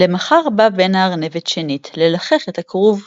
למחר בא בן-הארנבת שנית ללחך את הכרוב.